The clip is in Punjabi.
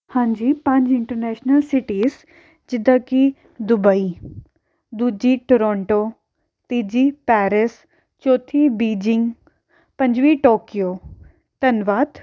ਹਾਂਜੀ ਪੰਜ ਇੰਟਰਨੈਸ਼ਨਲ ਸਿਟੀਜ਼ ਜਿੱਦਾਂ ਕਿ ਦੁਬਈ ਦੂਜੀ ਟੋਰੋਂਟੋ ਤੀਜੀ ਪੈਰਿਸ ਚੌਥੀ ਬੀਜਿੰਗ ਪੰਜਵੀਂ ਟੋਕੀਓ ਧੰਨਵਾਦ